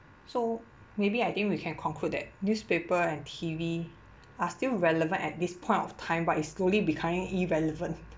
so maybe I think we can conclude that newspaper and T_V are still relevant at this point of time but it's slowly becoming irrelevant